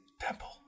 Temple